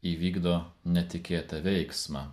įvykdo netikėtą veiksmą